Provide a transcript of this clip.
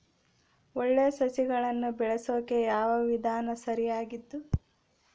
ಒಳ್ಳೆ ಸಸಿಗಳನ್ನು ಬೆಳೆಸೊಕೆ ಯಾವ ವಿಧಾನ ಸರಿಯಾಗಿದ್ದು?